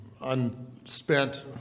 unspent